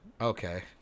Okay